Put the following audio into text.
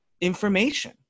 information